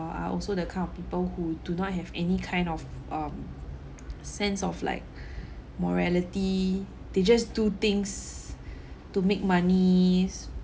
are also the kind of people who do not have any kind of um sense of like morality they just do things to make money